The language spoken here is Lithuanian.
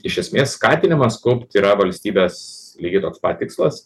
iš esmės skatinimas kaupt yra valstybės lygiai toks pat tikslas